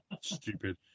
stupid